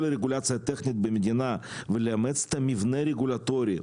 הרגולציה הטכנית במדינה ולאמץ את המבנה הרגולטורי,